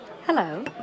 Hello